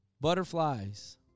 butterflies